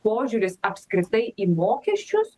požiūris apskritai į mokesčius